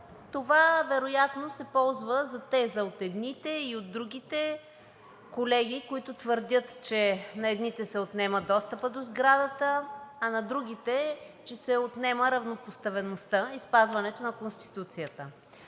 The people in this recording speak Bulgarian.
това вероятно се ползва за теза от едните и от другите колеги, които твърдят, че на едните се отнема достъпът до сградата, а на другите, че се отнема равнопоставеността и спазването на Конституцията.